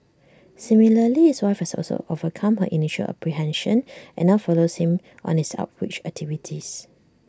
similarly his wife has also overcome her initial apprehension and now follows him on his outreach activities